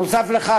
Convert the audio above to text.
נוסף על כך,